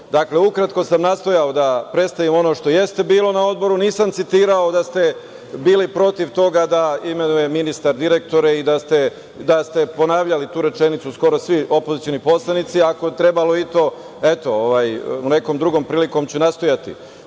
to. Dakle, ukratko sam nastojao da predstavim ono što jeste bilo na Odboru, nisam citirao da ste bili protiv toga da imenuje ministar direktore i da ste ponavljali tu rečenicu, skoro svi opozicioni poslanici. Ako je trebalo i to, eto nekom drugom prilikom ću nastojati.U